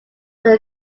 their